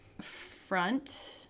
front